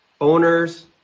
owners